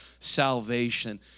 salvation